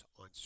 on